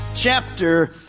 Chapter